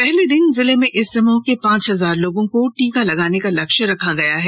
पहले दिन जिले में इस समूह के पांच हजार लोगों को टीका लगाने का लक्ष्य रखा गया है